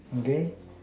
okay